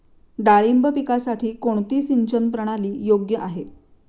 डाळिंब पिकासाठी कोणती सिंचन प्रणाली योग्य आहे?